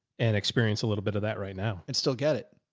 and experience a little bit of that right now and still get it.